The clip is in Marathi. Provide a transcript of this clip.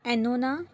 ॲनोना